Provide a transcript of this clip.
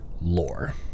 lore